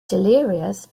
delirious